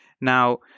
Now